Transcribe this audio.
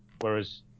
whereas